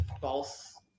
false